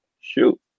shoot